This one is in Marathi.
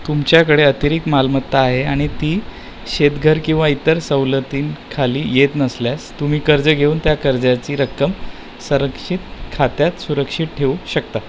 तुमच्याकडे अतिरिक्त मालमत्ता आहे आणि ती शेतघर किंवा इतर सवलतींखाली येत नसल्यास तुम्ही कर्ज घेऊन त्या कर्जाची रक्कम संरक्षित खात्यात सुरक्षित ठेवू शकता